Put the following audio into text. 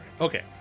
Okay